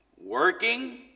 Working